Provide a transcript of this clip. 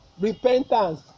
Repentance